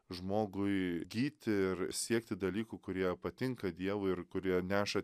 žmogui gyti ir siekti dalykų kurie patinka dievui ir kurie neša